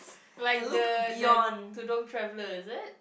like the the Tudung traveller is it